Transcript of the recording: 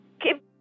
keep